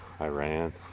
Iran